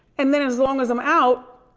and then as long as i'm out,